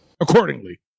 accordingly